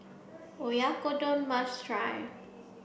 Oyakodon must try